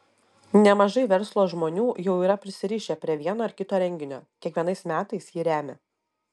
nemažai verslo žmonių jau yra prisirišę prie vieno ar kito renginio kiekvienais metais jį remią